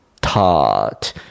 taught